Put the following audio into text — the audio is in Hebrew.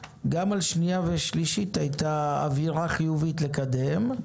גם על שנייה ושלישית הייתה אווירה חיובית לקדם,